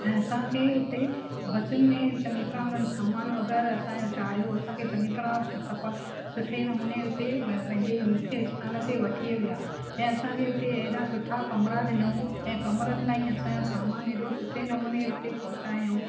ऐं असांखे हुते बसियुनि में चङी तरहि हुननि सामान वग़ैरह असांजो चाढ़ियो असांखे चङी तरहि सफ़ा सुठे नमूने हुते वयमि पंहिंजे मुख्य आस्थान में वठी हलिया ऐं असांखे हुते हेॾा सुठा कमिरा ॾिनऊं ऐं कमिरनि ताईं असांजो सामान हेॾो सुठे नमूने हुते पहुचायूं